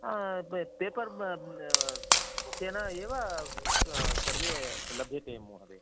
paper मुख्येन एव सर्वे लभ्यन्ते महोदया